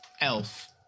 elf